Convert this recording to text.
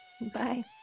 Bye